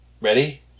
Ready